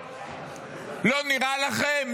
לא נראה לכם,